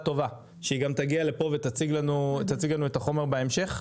טובה שהיא גם תגיע לפה ותציג לנו את החומר בהמשך.